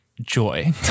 joy